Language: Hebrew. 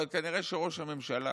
אבל כנראה שראש הממשלה